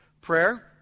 Prayer